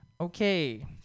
Okay